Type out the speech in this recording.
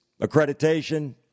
accreditation